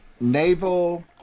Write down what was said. naval